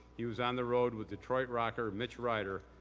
he was on the road with detroit rocker mitch rider,